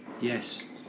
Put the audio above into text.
yes